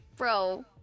Bro